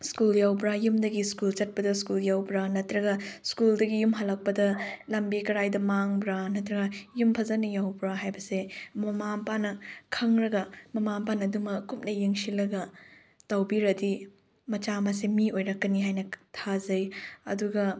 school ꯌꯧꯕ꯭ꯔꯥ ꯌꯨꯝꯗꯒꯤ school ꯆꯠꯄꯗ ꯁ꯭ꯀꯨꯜ ꯌꯧꯕ꯭ꯔꯥ ꯅꯠꯇ꯭ꯔꯒ ꯁ꯭ꯀꯨꯜꯗꯒꯤ ꯌꯨꯝ ꯍꯜꯂꯛꯄꯗ ꯂꯝꯕꯤ ꯀꯔꯥꯏꯗ ꯃꯥꯡꯕ꯭ꯔꯥ ꯅꯠꯇ꯭ꯔꯒ ꯌꯨꯝ ꯐꯖꯅ ꯌꯧꯕ꯭ꯔꯥ ꯍꯥꯏꯕꯁꯦ ꯃꯃꯥ ꯃꯄꯥꯅ ꯈꯪꯂꯒ ꯃꯃꯥ ꯃꯄꯥꯅ ꯑꯗꯨꯝꯕ ꯀꯨꯞꯅ ꯌꯦꯡꯁꯤꯜꯂꯒ ꯇꯧꯕꯤꯔꯗꯤ ꯃꯆꯥ ꯑꯃꯁꯦ ꯃꯤ ꯑꯣꯏꯔꯛꯀꯅꯤ ꯍꯥꯏꯅ ꯊꯥꯖꯩ ꯑꯗꯨꯒ